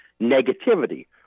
negativity